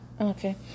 Okay